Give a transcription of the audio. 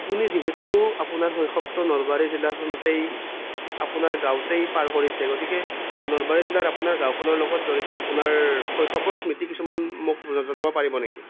আপুনি যিহেতু আপোনাৰ শৈশৱটো নলবাৰী জিলাখনতেই আপোনাৰ গাঁওতেই পাৰ কৰিছে গতিকে নলবাৰী জিলাৰ আপোনাৰ গাঁওখনৰ লগত জড়িত আপোনাৰ শৈশৱৰ স্মৃতি কিছুমান মোক জ জনাব পাৰিব নেকি